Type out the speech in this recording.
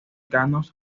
cercanos